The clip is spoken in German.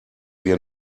wir